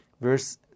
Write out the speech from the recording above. verse